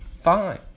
fine